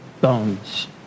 bones